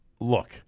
Look